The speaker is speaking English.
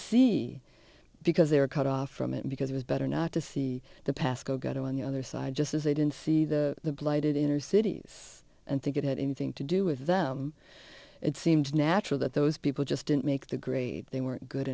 see because they were cut off from it because it was better not to see the pascoe got on the other side just as they didn't see the blighted inner cities and think it had anything to do with them it seemed natural that those people just didn't make the grade they weren't good